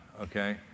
okay